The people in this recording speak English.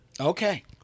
Okay